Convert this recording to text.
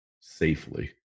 safely